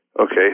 Okay